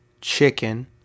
chicken